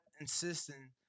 insisting